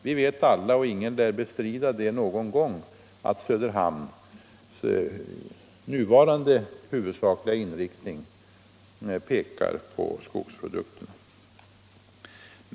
Vi vet alla, och Om planeringen av ingen lär väl någon gång bestrida det, att Söderhamns huvudsakliga in — hamnsystemet riktning f.n. pekar på skogsprodukter.